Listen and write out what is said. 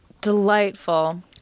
Delightful